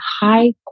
high